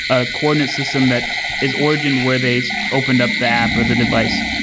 ah coordinate system that is origin where they opened up the app with the device,